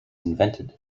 invented